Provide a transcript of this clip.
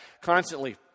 Constantly